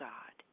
God